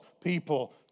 people